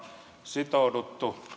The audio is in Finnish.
sitouduttu